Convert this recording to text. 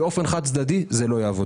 באופן חד-צדדי זה לא יעבוד.